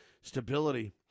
stability